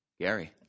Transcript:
Gary